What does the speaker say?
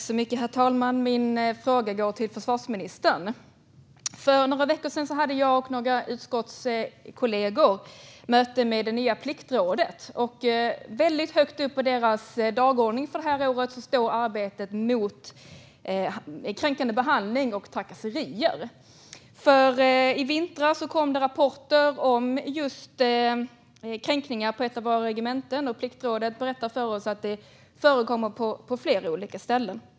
Herr talman! Min fråga går till försvarsministern. För några veckor sedan hade jag och några utskottskollegor möte med det nya Pliktrådet. Väldigt högt upp på deras dagordning för detta år står arbetet mot kränkande behandling och trakasserier. I vintras kom rapporter om kränkningar på ett regemente, och Pliktrådet berättade för oss att detta förekommer på flera olika ställen.